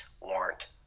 warrant